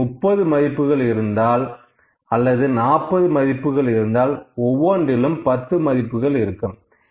அங்கு 30 மதிப்புகள் இருந்தால் அல்லது 40 மதிப்புகள் இருந்தால் ஒவ்வொன்றிலும் 10 மதிப்புகள் இருக்கும்